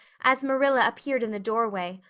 as marilla appeared in the doorway,